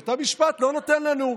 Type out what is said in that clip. בית המשפט לא נותן לנו.